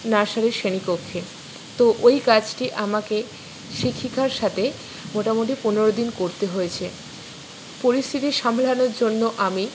নার্সারির শ্রেণী কক্ষে তো ওই কাজটি আমাকে শিক্ষিকার সাথে মোটামোটি পনেরো দিন করতে হয়েছে পরিস্থিতি সামলানোর জন্য আমি